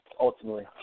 ultimately